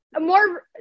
More